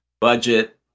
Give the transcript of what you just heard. budget